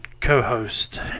co-host